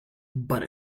but